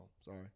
sorry